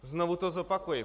Znovu to zopakuji.